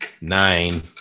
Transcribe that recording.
nine